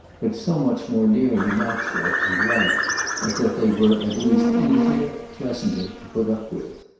but so much more nearly natural and right as that they were at least easier, pleasanter, to put up with.